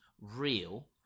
real